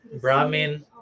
Brahmin